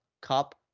Cup